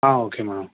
ah okay madam